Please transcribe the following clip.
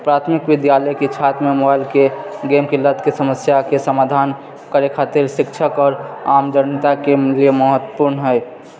प्राथमिक विद्यालयके छात्रमे मोबाइलके गेमके लतके समस्याके समाधान करय खातिर शिक्षक आओर आम जनताके लिए भी महत्वपूर्ण हइ